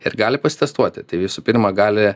ir gali pats testuoti tai visų pirma gali